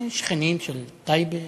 שכנים של טייבה,